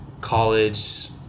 college